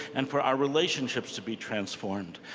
and for our relationships to be transformed.